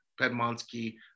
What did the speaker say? Pedmonsky